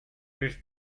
bis